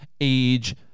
age